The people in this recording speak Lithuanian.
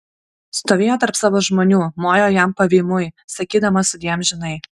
stovėjo tarp savo žmonių mojo jam pavymui sakydama sudie amžinai